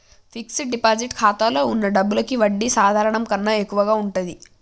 fixed deposit ఖాతాలో వున్న డబ్బులకి వడ్డీ సాధారణం కన్నా ఎక్కువగా ఉంటది